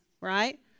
right